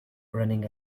running